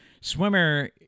Swimmer